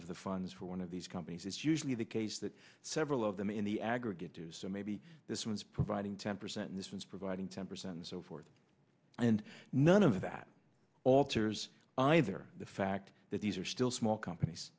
of the funds for one of these companies it's usually the case that several of them in the aggregate do so maybe this one is providing ten percent this is providing ten percent and so forth and none of that alters either the fact that these are still small companies